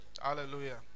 Hallelujah